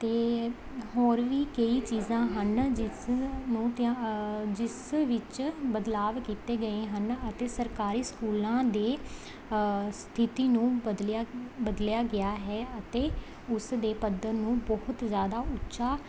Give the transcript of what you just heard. ਅਤੇ ਹੋਰ ਵੀ ਕਈ ਚੀਜ਼ਾਂ ਹਨ ਜਿਸ ਨੂੰ ਧਿਆ ਜਿਸ ਵਿੱਚ ਬਦਲਾਵ ਕੀਤੇ ਗਏ ਹਨ ਅਤੇ ਸਰਕਾਰੀ ਸਕੂਲਾਂ ਦੇ ਸਥਿਤੀ ਨੂੰ ਬਦਲਿਆ ਬਦਲਿਆ ਗਿਆ ਹੈ ਅਤੇ ਉਸ ਦੇ ਪੱਧਰ ਨੂੰ ਬਹੁਤ ਜ਼ਿਆਦਾ ਉੱਚਾ